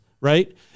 right